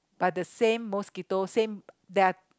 but the same mosquito same there are